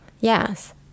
Yes